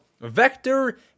vector